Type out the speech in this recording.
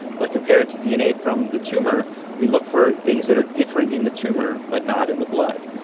but compared to dna from the tumour we looked for things that are different in the tumour but not in the blood.